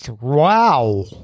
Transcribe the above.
wow